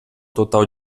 total